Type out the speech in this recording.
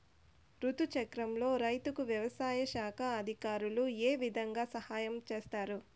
రుతు చక్రంలో రైతుకు వ్యవసాయ శాఖ అధికారులు ఏ విధంగా సహాయం చేస్తారు?